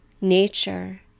nature